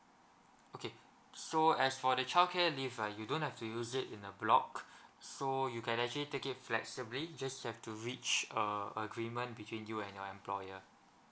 okay so as for the childcare leave right you don't have to use it in a block so you can actually take it flexibly just have to reach a agreement between you and your employer